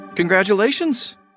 Congratulations